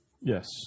Yes